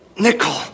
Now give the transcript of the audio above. nickel